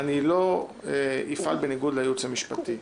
אני לא אפעל בניגוד לייעוץ המשפטי,